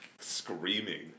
screaming